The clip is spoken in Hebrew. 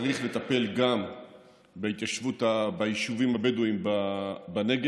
צריך לטפל גם ביישובים הבדואיים בנגב.